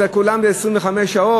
הרי לכולם זה 25 שעות?